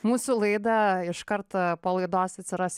mūsų laida iš kart po laidos atsiras